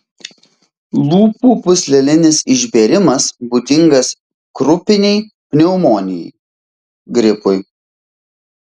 lūpų pūslelinis išbėrimas būdingas krupinei pneumonijai gripui